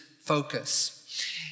focus